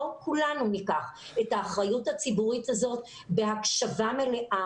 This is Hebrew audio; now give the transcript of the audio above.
בואו כולנו ניקח את האחריות הציבורית בהקשבה מלאה